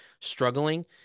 struggling